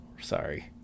Sorry